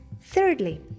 Thirdly